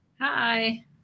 Hi